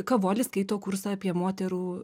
kavolis skaito kursą apie moterų